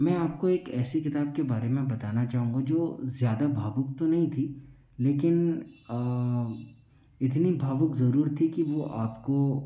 मैं आपको एक ऐसी किताब के बारे में बताना चाहूँगा जो ज़्यादा भावुक तो नहीं थी लेकिन इतनी भावुक जरूर थी कि वो आपको